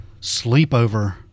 sleepover